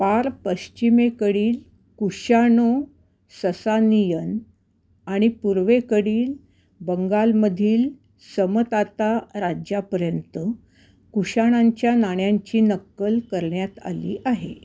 पार पश्चिमेकडील कुशाणो ससानियन आणि पूर्वेकडील बंगालमधील समताता राज्यापर्यंत कुशाणांच्या नाण्यांची नक्कल करण्यात आली आहे